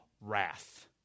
wrath